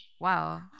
wow